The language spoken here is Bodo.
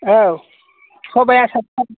औ सबाइआ साथि